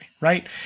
right